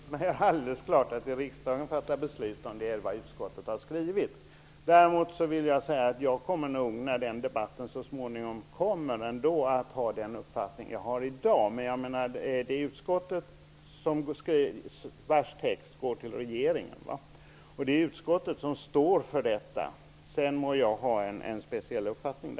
Herr talman! Det är alldeles klart att riksdagen fattar beslut på grundval av det som utskottsmajoriteten har skrivit. Jag vill dock säga att jag då kommer att ha samma uppfattning som nu. Det är utskottets text som kommer att studeras av regeringen, och det är utskottsmajoriteten som står för den -- sedan må jag ha en speciell uppfattning.